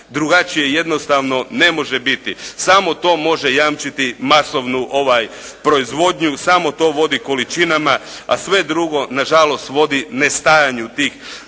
Drugačije jednostavno ne može biti. Samo to može jamčiti masovnu proizvodnju, samo to vodi količina, a sve drugo na žalost vodi nestajanju tih